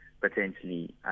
potentially